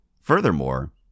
Furthermore